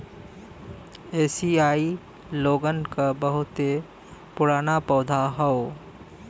एसिआई लोगन क बहुते पुराना पौधा हौ